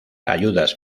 ayudas